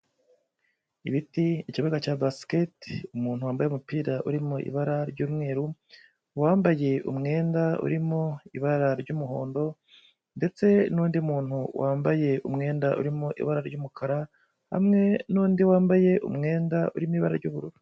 Ibiti, ikibuga cya basket, umuntu wambaye umupira urimo ibara ry'umweru, uwambaye umwenda urimo ibara ry'umuhondo ndetse n'undi muntu wambaye umwenda urimo ibara ry'umukara, hamwe n'undi wambaye umwenda urimo ibara ry'ubururu.